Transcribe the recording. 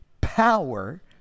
power